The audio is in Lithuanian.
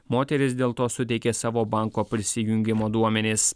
moteris dėl to suteikė savo banko prisijungimo duomenis